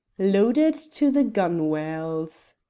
loaded to the gunwales.